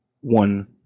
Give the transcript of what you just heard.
one